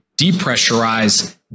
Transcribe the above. depressurize